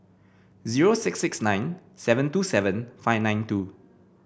zero six six nine seven two seven five nine two